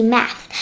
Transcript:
Math